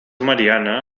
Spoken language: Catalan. mariana